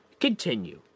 continue